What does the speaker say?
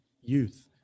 youth